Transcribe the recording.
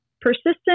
persistent